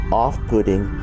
off-putting